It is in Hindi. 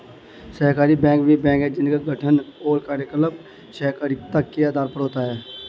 सहकारी बैंक वे बैंक हैं जिनका गठन और कार्यकलाप सहकारिता के आधार पर होता है